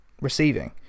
receiving